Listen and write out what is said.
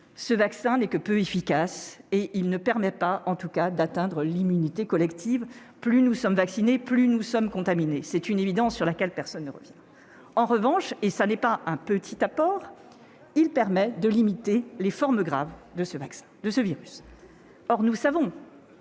le vaccin n'est que peu efficace. En tout cas, il ne permet pas d'atteindre l'immunité collective. Plus nous sommes vaccinés, plus nous sommes contaminés ; c'est une évidence sur laquelle personne ne revient. En revanche, et ce n'est pas un petit apport, le vaccin permet de limiter les formes graves de ce virus. Or, au bout